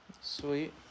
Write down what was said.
Sweet